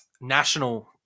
national